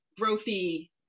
growthy